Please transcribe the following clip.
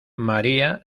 maría